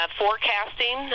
forecasting